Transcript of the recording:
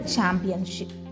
Championship